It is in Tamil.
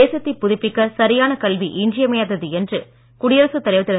தேசத்தை புதுப்பிக்க சரியான கல்வி இன்றியமையாதது என்று குடியரசுத் தலைவர் திரு